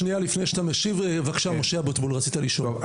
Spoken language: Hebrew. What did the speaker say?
לפני שאתה משיב, בבקשה משה אבוטבול, רצית לשאול.